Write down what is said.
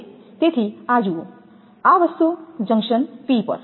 તેથી આ જુઓ આ વસ્તુ જંકશન P પર